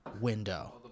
window